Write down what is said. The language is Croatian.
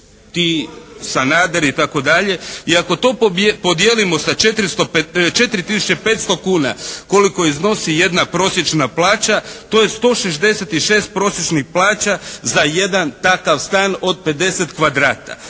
ti, Sanader itd. i ako to podijelimo sa 4500 kuna koliko iznosi jedna prosječna plaća to je 166 prosječnih plaća za jedan takav stan od 50 kvadrata.